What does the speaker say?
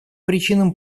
причинам